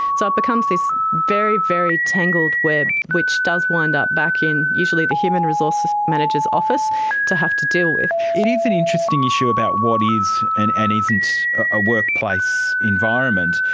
so it becomes this very, very tangled web which does wind up back in usually the human resources manager's office to have to deal with. it is an interesting issue about what is and isn't isn't a workplace environment.